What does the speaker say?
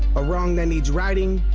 a wrong that needs righting,